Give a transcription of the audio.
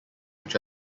which